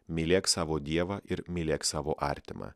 mylėk savo dievą ir mylėk savo artimą